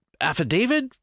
affidavit